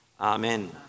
Amen